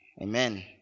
Amen